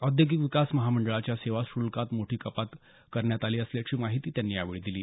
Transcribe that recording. औद्योगिक विकास महामंडळाच्या सेवा शुल्कात मोठी कपात करण्यात आली असल्याची माहिती त्यांनी यावेळी दिली